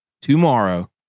Tomorrow